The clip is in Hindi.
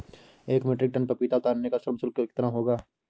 एक मीट्रिक टन पपीता उतारने का श्रम शुल्क कितना होगा?